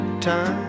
time